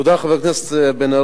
תודה, חבר הכנסת בן-ארי.